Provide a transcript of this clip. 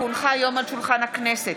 כי הונחה היום על שולחן הכנסת,